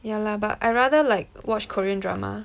yah lah but I rather like watch Korean drama